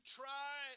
try